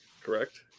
Correct